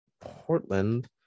Portland